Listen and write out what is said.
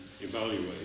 evaluate